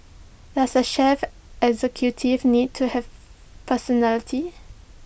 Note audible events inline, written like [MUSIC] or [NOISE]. does A chief executive need to have [NOISE] personality